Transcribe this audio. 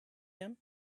him